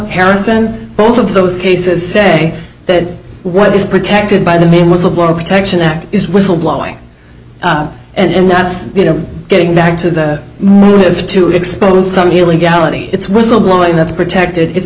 harrison both of those cases say that what is protected by the main whistleblower protection act is whistle blowing and that's getting back to the move to expose some illegality it's whistleblowing that's protected it's